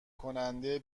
کننده